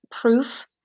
proof